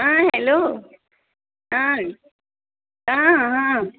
हां हॅलो हां हां हां